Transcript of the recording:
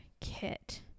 kit